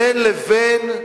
בין לבין,